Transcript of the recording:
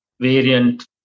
variant